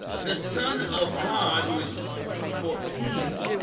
the son of god who is fourteen?